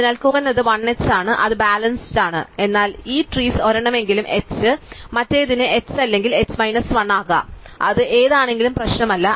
അതിനാൽ കുറഞ്ഞത് 1 h ആണ് അത് ബാലൻസ്ഡ് ആണ് എന്നാൽ ഈ ട്രീസ് ഒരെണ്ണമെങ്കിലും h ഞാൻ മറ്റേതിന് h അല്ലെങ്കിൽ h മൈനസ് 1 ആകാം അത് ഏത് ആണെങ്കിലും പ്രശ്നമല്ല